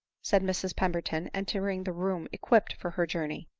said mrs pemberton, entering the room equipped for her journey.